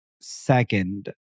second